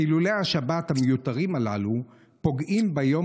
חילולי השבת המיותרים הללו פוגעים ביום